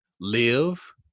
live